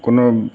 কোনো